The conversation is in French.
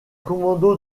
commando